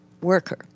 worker